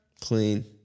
Clean